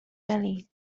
belly